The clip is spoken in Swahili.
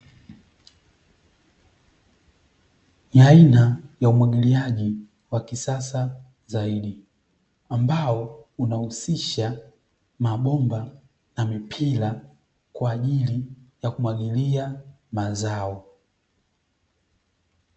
Ni aina ya umwagiliaji wa kisasa zaidi, ambao unahusisha mabomba na mipira kwa ajili ya kumwagilia mazao.